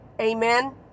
amen